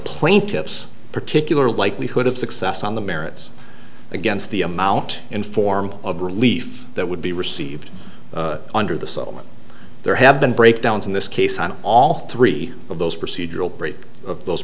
plaintiffs particular likelihood of success on the merits against the amount and form of relief that would be received under the settlement there have been breakdowns in this case on all three of those procedural break of those